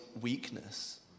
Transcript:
weakness